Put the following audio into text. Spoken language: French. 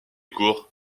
cour